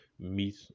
meet